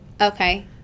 Okay